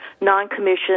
Non-Commissioned